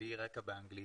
בלי רקע באנגלית,